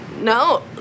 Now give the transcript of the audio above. No